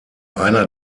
einer